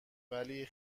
ولی